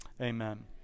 Amen